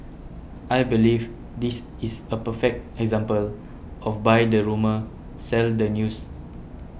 I believe this is a perfect example of buy the rumour sell the news